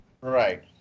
Right